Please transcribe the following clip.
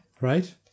Right